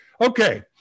Okay